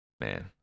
Man